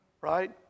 right